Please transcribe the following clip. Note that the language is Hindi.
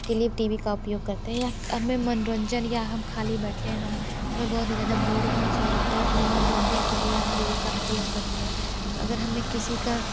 के लिए टी वी का उपयोग करते हैं या हमे मनोरंजन या हम खाली बैठें हम हमें बहुत ही ज्यादा बोरिंग मसहुर होता है अपने मनोरंजन के लिए हम टी वी का उपयोग करते हैं अगर हमें किसी का